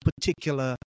particular